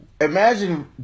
Imagine